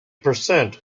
percent